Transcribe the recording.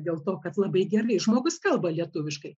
dėl to kad labai gerai žmogus kalba lietuviškai